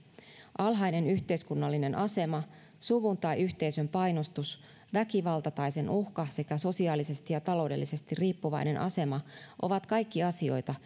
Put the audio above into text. alhainen yhteiskunnallinen asema suvun tai yhteisön painostus väkivalta tai sen uhka sekä sosiaalisesti ja taloudellisesti riippuvainen asema ovat kaikki asioita